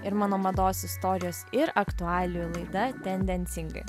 ir mano mados istorijos ir aktualijų laida tendencingai